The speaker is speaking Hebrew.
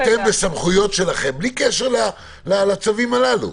שאתם בסמכויות שלכם, בלי קשר לצווים הללו,